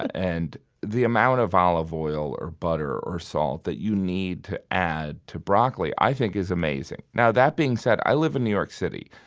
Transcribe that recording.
and the amount of olive oil, butter or salt that you need to add to broccoli i think is amazing. now that being said, i live in new york city.